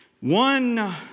one